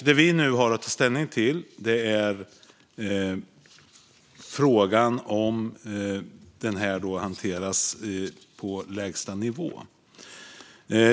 Det vi nu har att ta ställning till är frågan om detta hanteras på lägsta nivå.